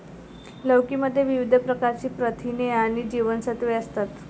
लौकी मध्ये विविध प्रकारची प्रथिने आणि जीवनसत्त्वे असतात